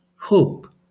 Hope